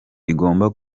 igomba